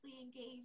engaged